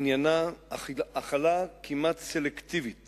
עניינה החלה כמעט סלקטיבית